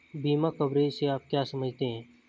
बीमा कवरेज से आप क्या समझते हैं?